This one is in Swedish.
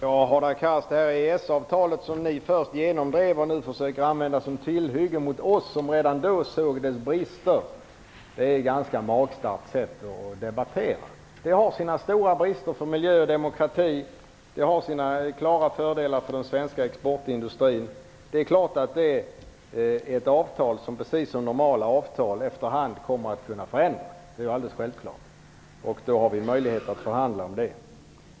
Herr talman! Hadar Cars, ni genomdrev först EES-avtalet, och nu försöker ni använda det som ett tillhygge mot oss som redan då såg dess brister. Det är ett ganska magstarkt sätt att debattera på. Avtalet har stora brister när det gäller miljön och demokratin. Det har klara fördelar för den svenska exportindustrin. Det är självklart att detta är ett avtal som, precis som normala avtal, efter hand kommer att kunna förändras. Då har vi en möjlighet att förhandla om det.